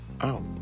out